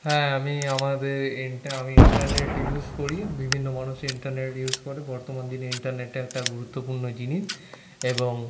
হ্যাঁ আমি আমাদের আমি ইন্টারনেট ইউজ করি বিভিন্ন মানুষে ইন্টারনেট ইউজ করে বর্তমান দিনে ইন্টারনেট একটা গুরুত্বপূর্ণ জিনিস এবং